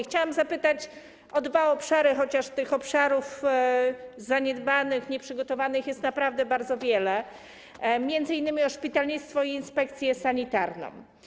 Chciałam zapytać o dwa obszary, chociaż tych obszarów zaniedbanych, nieprzygotowanych jest naprawdę bardzo wiele, m.in. o szpitalnictwo i inspekcję sanitarną.